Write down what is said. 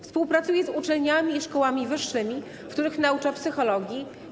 Współpracuje z uczelniami i szkołami wyższymi, w których naucza psychologii.